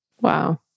Wow